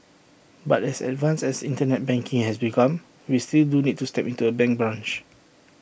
but as advanced as Internet banking has become we still do need to step into A bank branch